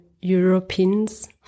Europeans